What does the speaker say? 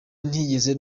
ntigeze